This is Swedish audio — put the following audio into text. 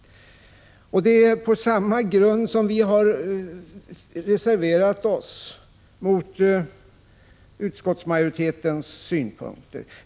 Det är på samma grund som vi har reserverat oss mot utskottsmajoritetens synpunkter.